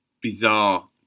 bizarre